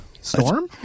Storm